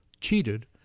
cheated